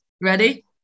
ready